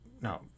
No